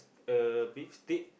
uh beach dip